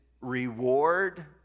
reward